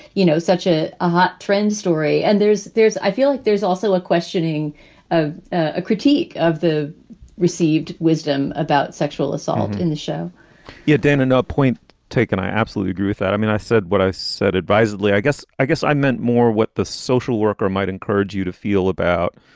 you know, such ah a hot trends story. and there's there's i feel like there's also a questioning of a critique of the received wisdom about sexual assault in the show yeah. dan, another point taken. i absolutely agree with that. i mean, i said what i said advisedly. i guess i guess i meant more what the social worker might encourage you to feel about.